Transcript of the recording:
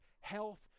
health